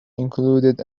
included